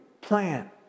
plan